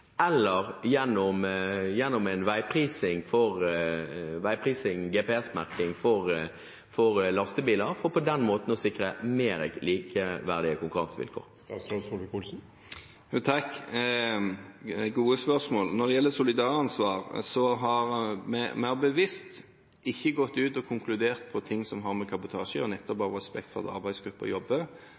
eller gjennom en veiprising, GPS-merking, for lastebiler, for på den måten å sikre mer likeverdige konkurransevilkår? Det er gode spørsmål. Når det gjelder solidaransvar, har vi bevisst ikke gått ut og konkludert når det gjelder ting som har med kabotasje å gjøre, nettopp av respekt for at arbeidsgruppen jobber.